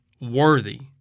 worthy